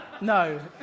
No